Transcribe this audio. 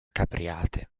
capriate